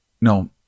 no